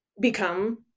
become